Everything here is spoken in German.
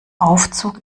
aufzug